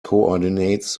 coordinates